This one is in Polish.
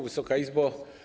Wysoka Izbo!